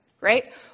right